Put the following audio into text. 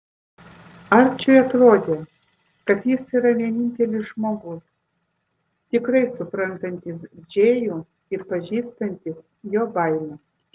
arčiui atrodė kad jis yra vienintelis žmogus tikrai suprantantis džėjų ir pažįstantis jo baimes